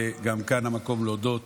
כאן המקום להודות